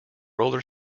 roller